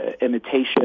imitation